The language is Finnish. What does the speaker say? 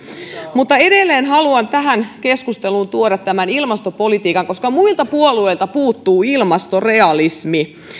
mutta edelleen haluan tähän keskusteluun tuoda ilmastopolitiikan koska muilta puolueilta puuttuu ilmastorealismi